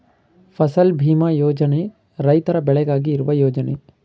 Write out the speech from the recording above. ಫಸಲ್ ಭೀಮಾ ಯೋಜನೆ ರೈತರ ಬೆಳೆಗಾಗಿ ಇರುವ ಯೋಜನೆ